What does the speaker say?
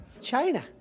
China